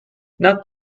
not